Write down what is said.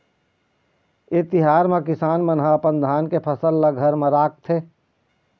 ए तिहार म किसान मन ह अपन धान के फसल ल घर म राखथे